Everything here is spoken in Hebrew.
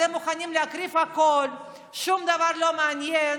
אתם מוכנים להקריב הכול, שום דבר לא מעניין,